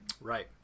Right